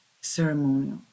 ceremonial